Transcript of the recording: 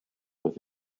with